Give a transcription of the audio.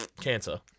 Cancer